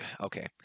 okay